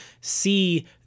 see